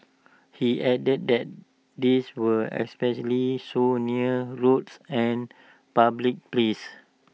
he added that this was especially so near roads and public places